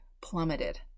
plummeted